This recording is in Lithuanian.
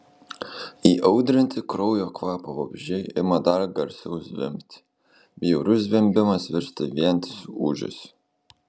įaudrinti kraujo kvapo vabzdžiai ima dar garsiau zvimbti bjaurus zvimbimas virsta vientisu ūžesiu